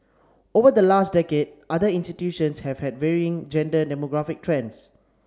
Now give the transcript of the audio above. over the last decade other institutions have had varying gender demographic trends